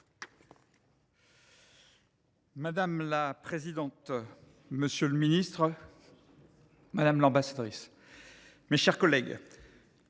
Madame la présidente, monsieur le ministre, madame l’ambassadrice, mes chers collègues,